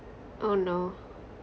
oh no